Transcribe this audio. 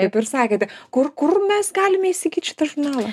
kaip ir sakėte kur kur mes galime įsigyt šitą žurnalą